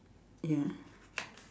ya